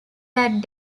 that